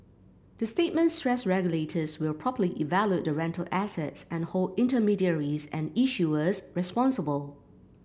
the statement stressed regulators will properly evaluate the rental assets and hold intermediaries and issuers responsible